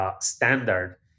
standard